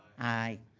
aye.